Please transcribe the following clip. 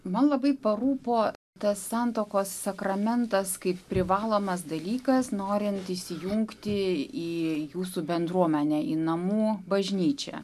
man labai parūpo tas santuokos sakramentas kaip privalomas dalykas norint įsijungti į jūsų bendruomenę į namų bažnyčią